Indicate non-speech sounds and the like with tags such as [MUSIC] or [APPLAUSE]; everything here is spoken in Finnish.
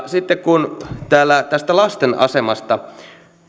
[UNINTELLIGIBLE] sitten kun täällä tästä lasten asemasta